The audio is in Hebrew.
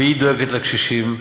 והיא דואגת לקשישים.